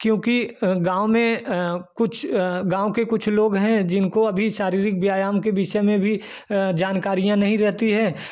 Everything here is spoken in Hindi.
क्योंकि गाँव में कुछ गाँव के कुछ लोग हैं जिनको अभी शारिरीक व्यायाम के विषय में भी जानकारियाँ नहीं रहती हैं